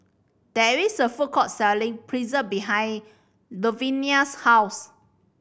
there is a food court selling Pretzel behind Luvinia's house